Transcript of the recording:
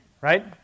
right